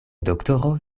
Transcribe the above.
doktoro